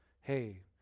Hey